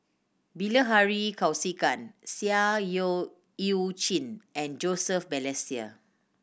Bilahari Kausikan Seah Yu Eu Chin and Joseph Balestier